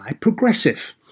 Progressive